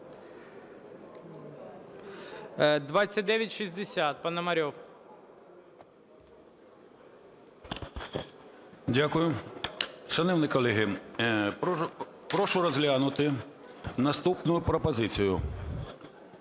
Дякую. Шановні колеги, прошу розглянути наступну пропозицію.